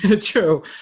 true